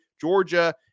Georgia –